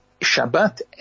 Shabbat